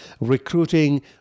recruiting